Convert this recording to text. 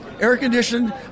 air-conditioned